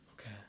Okay